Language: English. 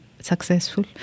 successful